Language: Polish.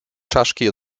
czaszki